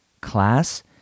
class